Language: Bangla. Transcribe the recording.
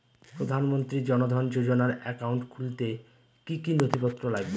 প্রধানমন্ত্রী জন ধন যোজনার একাউন্ট খুলতে কি কি নথিপত্র লাগবে?